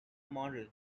model